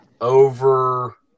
over